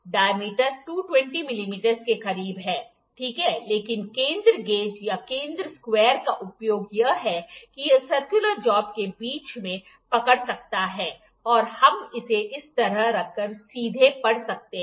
diameter 220 मिमी के खरीब है ठीक है लेकिन केंद्र गेज या केंद्र स्केव्यर का उपयोग यह है कि यह सर्कुलर जॉब को बीच में पकड़ सकता है और हम इसे इस तरह रखकर सीधे पढ़ सकते हैं